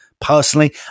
Personally